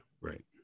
Right